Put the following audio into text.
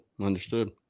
Understood